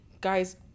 guys